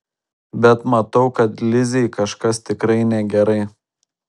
bet matau kad lizei kažkas tikrai negerai